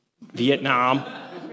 Vietnam